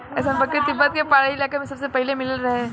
अइसन बकरी तिब्बत के पहाड़ी इलाका में सबसे पहिले मिलल रहे